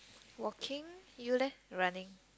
walking you leh running